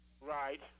Right